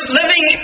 living